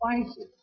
spices